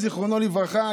זיכרונו לברכה,